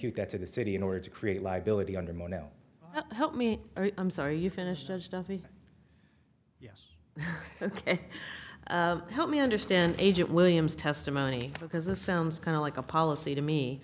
you get to the city in order to create liability under mono help me i'm sorry you finished yes help me understand agent williams testimony because it sounds kind of like a policy to